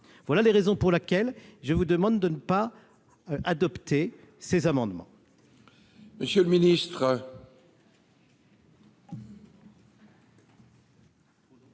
sont les raisons pour lesquelles je demande au Sénat de ne pas adopter ces amendements.